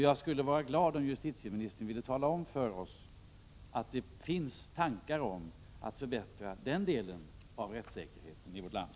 Jag skulle bli glad om justitieministern ville tala om för oss att det finns tankar på att förbättra den delen av rättssäkerheten i vårt land.